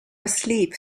asleep